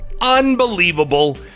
unbelievable